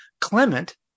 Clement